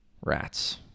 Rats